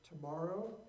Tomorrow